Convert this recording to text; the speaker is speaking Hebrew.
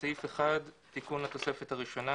תיקון התוספת הראשונה